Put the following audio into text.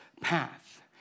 path